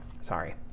sorry